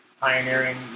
pioneering